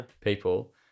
People